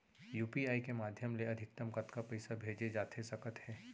UPI के माधयम ले अधिकतम कतका पइसा भेजे जाथे सकत हे?